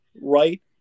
right